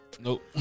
Nope